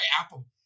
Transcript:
Apple